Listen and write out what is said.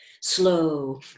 slow